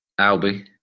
Albie